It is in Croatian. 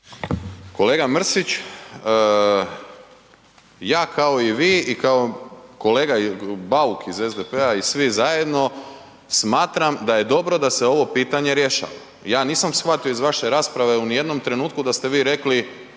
Kolega Mrsić, ja kao i vi i kao kolega Bauk iz SDP-a i svi zajedno, smatram da je dobro da se ovo pitanje rješava. Ja nisam shvatio iz vaše rasprave u nijednom trenutku da ste vi rekli